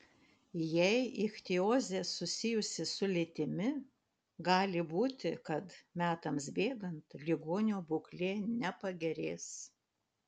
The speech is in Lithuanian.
jei ichtiozė susijusi su lytimi gali būti kad metams bėgant ligonio būklė nepagerės